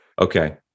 Okay